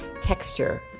texture